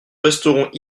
resterons